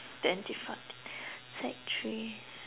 twenty fourteen sec three